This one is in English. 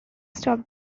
stop